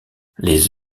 les